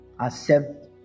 Accept